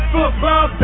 Football